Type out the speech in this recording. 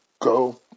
go